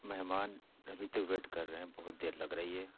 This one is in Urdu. مہمان ابھی تک ویٹ کر رہے ہیں بہت دیر لگ رہی ہے